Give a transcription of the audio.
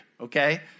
okay